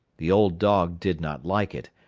the old dog did not like it,